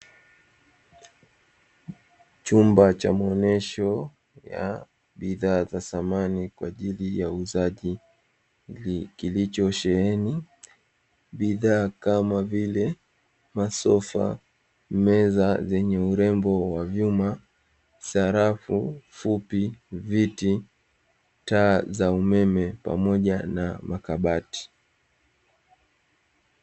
Chumba cha maonyesho ya bidhaa za samani kwa ajili ya uuzaji kilicho sheheni bidhaa kama vile: masofa, meza zenye urembo wa vyuma, sarafu fupi, viti, taa za umeme pamoja na makabati.